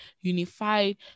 unified